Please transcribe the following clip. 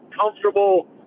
comfortable